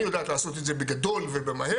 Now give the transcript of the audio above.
אני יודעת לעשות את זה בגדול ומהר.